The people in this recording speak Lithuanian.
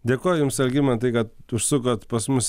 dėkoju jums algimantai kad užsukot pas mus